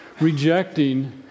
rejecting